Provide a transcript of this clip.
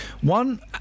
One